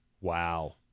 wow